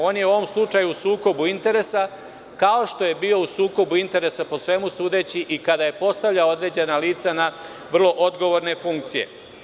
On je u ovom slučaju u sukobu interesa, kao što je bio u sukobu interesa, po svemu sudeći, i kada je postavljao određena lica na vrlo odgovorne funkcije.